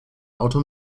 auto